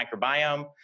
microbiome